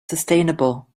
sustainable